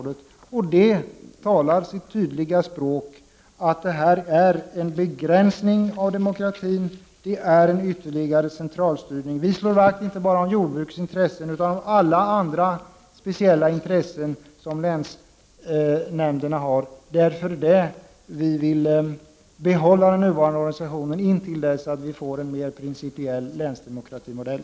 Det här talar sitt tydliga språk, det blir en begränsning av demokratin. Följden blir mer centralstyrning. Vi slår vakt om jordbrukets intressen och om alla andra speciella intressen som länsnämnderna har. Därför vill vi behålla den nuvarande organisationen till dess att vi får en mer principiell länsdemokratimodell.